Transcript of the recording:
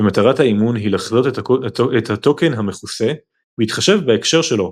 ומטרת האימון היא לחזות את הטוקן המכוסה בהתחשב בהקשר שלו.